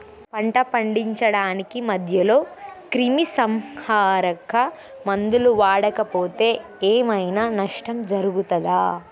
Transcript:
పంట పండించడానికి మధ్యలో క్రిమిసంహరక మందులు వాడకపోతే ఏం ఐనా నష్టం జరుగుతదా?